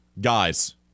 guys